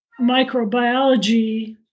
microbiology